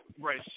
right